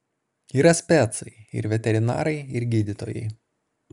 yra specai ir veterinarai ir gydytojai